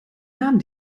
namen